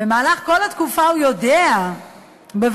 במהלך כל התקופה הוא יודע בוודאות